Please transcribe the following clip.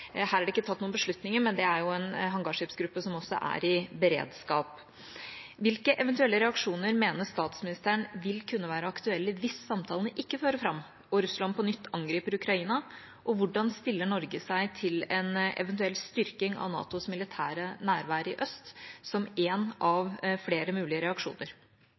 Her er det ikke tatt noen beslutninger, men det er jo også en hangarskipsgruppe som er i beredskap. Hvilke eventuelle reaksjoner mener statsministeren vil kunne være aktuelle hvis samtalene ikke fører fram og Russland på nytt angriper Ukraina, og hvordan stiller Norge seg til en eventuell styrking av NATOs militære nærvær i øst som en av flere mulige reaksjoner?